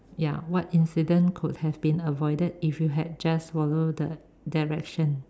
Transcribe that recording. ya what incident could have been avoided if you had just follow the directions